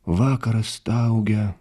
vakaras staugia